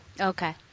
Okay